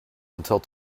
until